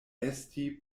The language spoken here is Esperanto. esti